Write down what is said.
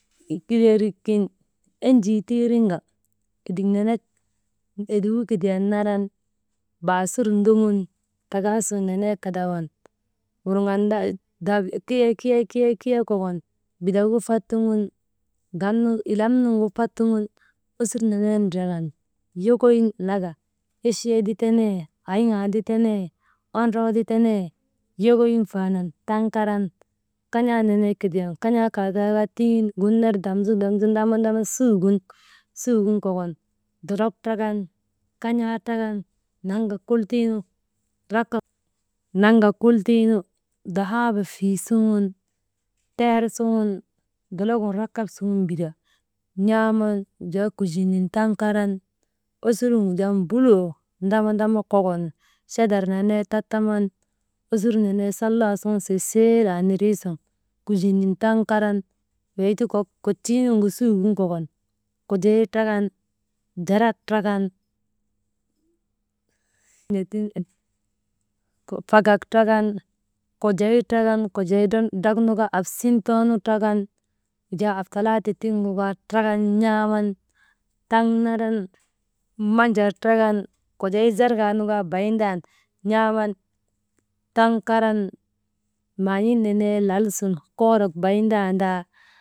Kileerik kin enjii tiriŋ kaa « hesitation» edigu kidiyan naran baasur ndoŋun takasuu nenee kadawan wurgan « hesitation» kiya, kiya, kiya kokon bitagu fot suŋun gannu, ilam nugu fat suŋun osur nenen ndrakan yokoyin laka echee ti tenee, ayŋaa ti tenee, ondroo ti tenee, yokoyin faanan taŋ karan kan̰aa nenee kidiyan kan̰aa kaa taa kaa tiŋin damsu, damsu, ndama, ndama suugin, sugin kokon dolok trakan, kan̰aa trakan «hesitation» naŋ ka kultin dahaaba fiisuŋun teer suŋun dologu rakap suŋun mbika, n̰aaman wujaa kujinin taŋ karan, usurun wujaa mbuloo ndama, ndama kokon, chadar nenee tettaman, osur nenee salla suŋun seseel anindri sun kujinin taŋ karan weyti kok kojtuu nugu suugin kokon, kojee trakan, jarak trakan, «hesitation» fagak trakan, kojee trakan, kojee «hesitation» draknu kaa absin toonu trakan, wujaa ab talaate tiŋgu kaa trakan n̰aaman, taŋ naran manjal trakan, kojee zargaa nu kaa bayin tan n̰aaman taŋ karan maan̰ii nenee lal sun koorok bayin tandaa.